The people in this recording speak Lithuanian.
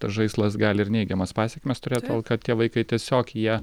tas žaislas gali ir neigiamas pasekmes turėt todėl kad tie vaikai tiesiog jie